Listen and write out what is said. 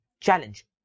challenge